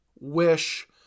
wish